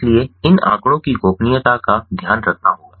इसलिए इन आंकड़ों की गोपनीयता का ध्यान रखना होगा